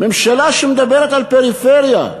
ממשלה שמדברת על פריפריה,